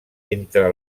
entre